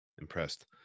Impressed